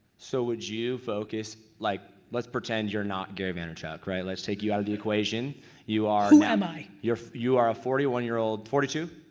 so would you focus, like let's pretend you're not gary vaynerchuk, right? let's take you out of the equation you are. who am i? you are a forty one year old, forty two?